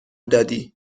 دادی